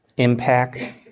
impact